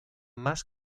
más